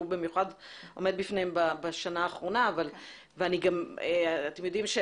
במיוחד עומד בפניהם בשנה האחרונה ואתם יודעים את